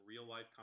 real-life